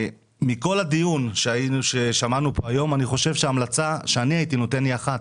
מכל הדיון ששמענו פה היום אני חושב שההמלצה שאני הייתי נותן היא אחת,